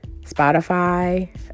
Spotify